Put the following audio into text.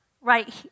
right